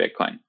Bitcoin